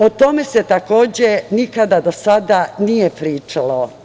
O tome se, takođe, nikada do sada nije pričalo.